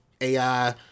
AI